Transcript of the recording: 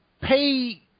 pay